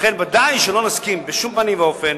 לכן, ודאי שלא נסכים בשום פנים ואופן